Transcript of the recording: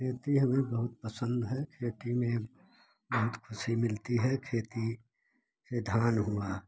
खेती हमें बहुत पसंद है खेती में बहुत खुशी मिलती है खेती की धान हुआ